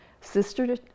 Sister